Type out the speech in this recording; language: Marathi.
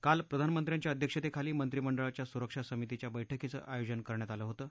काल प्रधानमंत्र्यांच्या अध्यक्षतेखाली मंत्रिमंडळाच्या सुरक्षा समितीच्या बैठकीचं आयोजन करण्यात आलं होतं